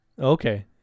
Okay